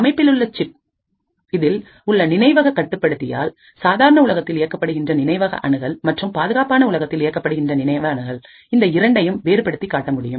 அமைப்பிலுள்ள chip இல் உள்ள நினைவக கட்டுப்படுத்தியால் சாதாரண உலகத்தில் இயக்கப்படுகின்ற நினைவக அணுகல் மற்றும் பாதுகாப்பான உலகத்தில் இயக்கப்படுகின்ற நினைவக அணுகல் இந்த இரண்டையும் வேறுபடுத்திக் காட்ட முடியும்